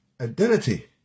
Identity